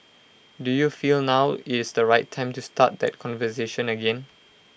do you feel now is the right time to start that conversation again